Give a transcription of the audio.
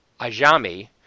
Ajami